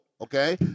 okay